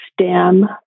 STEM